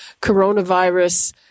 coronavirus